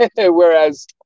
whereas